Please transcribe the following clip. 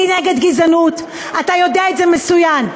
אני נגד גזענות, אתה יודע את זה מצוין.